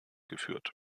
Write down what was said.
geführt